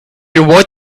avoid